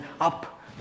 up